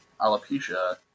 alopecia